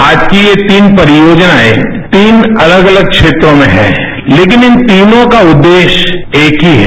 आज की ये तीन परियोजनाएं तीन अलग अलग क्षेत्रों में हैं लेकिन इन तीनों का ज्देश्य एक ही है